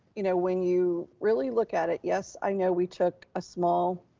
you know, when you really look at it. yes, i know we took a small